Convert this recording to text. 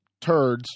turds